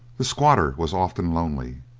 the squatter was often lonely,